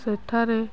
ସେଠାରେ